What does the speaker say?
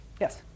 Yes